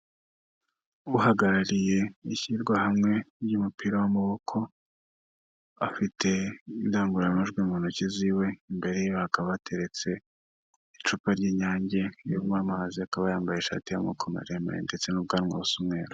Uhagarariye ishyirwahamwe ry'umupira w'amaboko afite indangururamajwi mu ntoki z'iwe, imbere ye hakaba hateretse icupa ry'inyange ririmo amazi, akaba yambaye ishati y'amaboko maremare ndetse n'ubwanwa busa umweru.